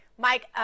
Mike